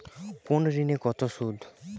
কোন ঋণে কত সুদ?